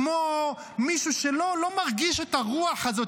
כמו מישהו שלא מרגיש את הרוח הזאת,